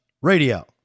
Radio